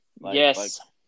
Yes